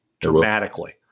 Dramatically